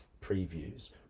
previews